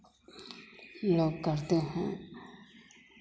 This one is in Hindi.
लोग करते हैं